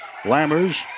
Lammers